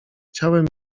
ciałem